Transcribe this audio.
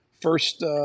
first